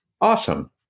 awesome